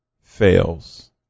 fails